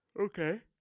Okay